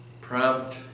prompt